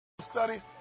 study